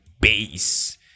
base